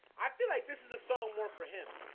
i feel like this is a song more for him,